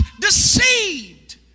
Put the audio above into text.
deceived